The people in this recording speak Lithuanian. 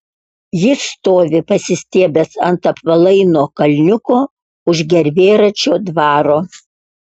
jis stovi pasistiebęs ant apvalaino kalniuko už gervėračio dvaro